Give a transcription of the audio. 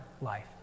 life